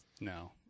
No